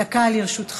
בבקשה, דקה לרשותך.